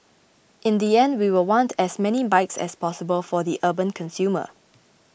in the end we will want as many bikes as possible for the urban consumer